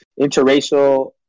interracial